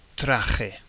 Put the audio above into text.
traje